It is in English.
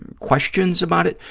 and questions about it,